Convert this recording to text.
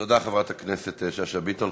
תודה, חברת הכנסת שאשא ביטון.